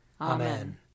Amen